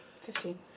Fifteen